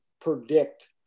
predict